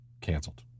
canceled